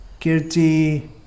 kirti